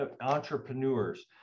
entrepreneurs